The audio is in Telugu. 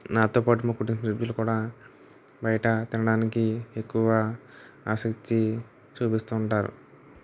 నాతో పాటు మా కుటుంబ సభ్యులు కూడా బయట తినడానికి ఎక్కువగా ఆసక్తి చూపిస్తుంటారు